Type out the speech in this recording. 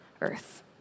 earth